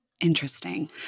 Interesting